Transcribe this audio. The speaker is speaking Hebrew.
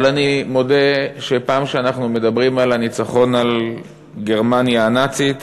אבל אני מודה שפעם שאנחנו מדברים על הניצחון על גרמניה הנאצית,